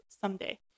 someday